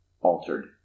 altered